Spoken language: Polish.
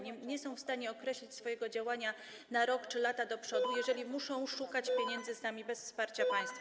Nie są w stanie określić swojego działania na rok czy lata do przodu, jeżeli muszą szukać pieniędzy sami, bez wsparcia państwa.